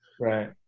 Right